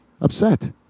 upset